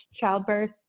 childbirth